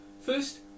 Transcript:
First